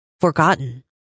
forgotten